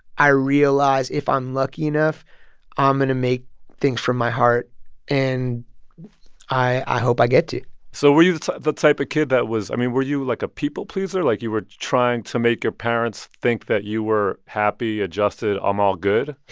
i realize if i'm lucky enough i'm um going to make things from my heart and i i hope i get to so were you the type of kid that was, i mean, were you, like, a people-pleaser? like, you were trying to make your parents think that you were happy, adjusted i'm all good?